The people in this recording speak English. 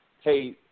hey